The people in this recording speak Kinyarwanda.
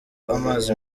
amazi